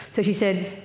so she said,